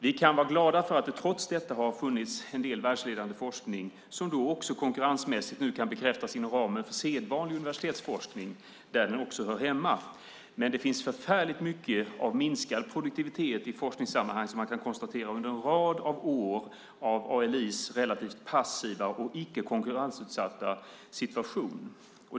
Vi kan vara glada för att det trots detta har funnits en del världsledande forskning som konkurrensmässigt kan bekräftas inom ramen för sedvanlig universitetsforskning där den också hör hemma. Det finns väldigt mycket av minskad produktivitet i forskningssammanhang som man kan konstatera under en rad av år med ALI:s relativt passiva och icke konkurrensutsatta situation.